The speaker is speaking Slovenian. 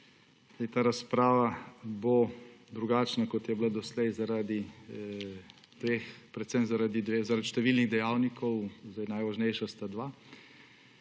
ta razprava bo drugačna, kot je bila doslej, zaradi številnih dejavnikov, najvažnejša sta dva.